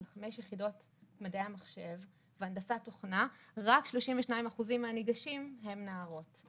על 5 יחידות לימוד במדעי המחשב והנדסת תוכנה רק 32% מהניגשים הן נערות.